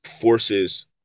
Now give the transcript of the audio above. forces